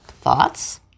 Thoughts